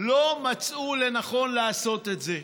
לא מצאו לנכון לעשות את זה.